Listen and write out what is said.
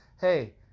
hey